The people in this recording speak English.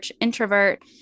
introvert